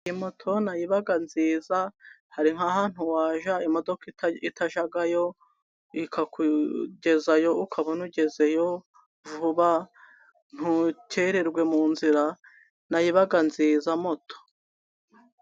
Imoto nayo iba nziza hari nk' ahantu wajya imodoka itajyayo, ikakugezayo ukabona ugezeyo vuba ntukerererwe mu nzira nayo ibaga nziza moto.